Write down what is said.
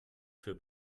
für